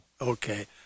okay